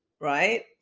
right